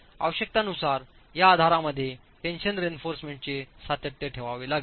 आवश्यकतेनुसार या आधारामध्ये टेन्शन रीइन्फोर्समेंट चे सातत्य ठेवावे लागेल